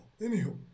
anywho